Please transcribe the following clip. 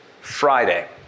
Friday